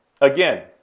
again